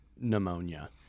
pneumonia